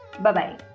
Bye-bye